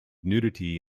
nudity